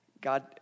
God